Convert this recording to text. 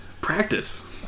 Practice